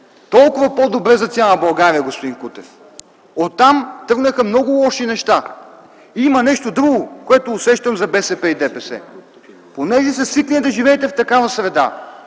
толкова по-добре за цяла България, господин Кутев! Оттам тръгнаха много лоши неща. Има нещо друго, което усещам за БСП и ДПС. Понеже сте свикнали да живеете в такава среда